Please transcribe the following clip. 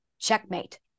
checkmate